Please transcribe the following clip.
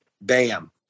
Bam